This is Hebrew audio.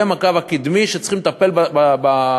הן הקו הקדמי שצריך לטפל בתושבים.